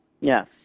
Yes